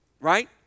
Right